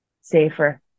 safer